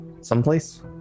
Someplace